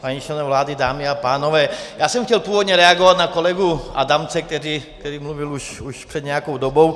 Páni členové vlády, dámy a pánové, já jsem chtěl původně reagovat na kolegu Adamce, který mluvil už před nějakou dobou.